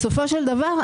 בסופו של דבר,